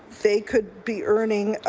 they could be earning